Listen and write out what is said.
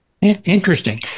Interesting